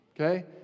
okay